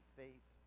faith